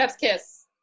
kiss